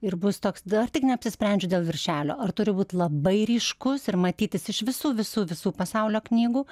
ir bus toks dar tik neapsisprendžiu dėl viršelio ar turi būt labai ryškus ir matytis iš visų visų visų pasaulio knygų